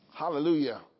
Hallelujah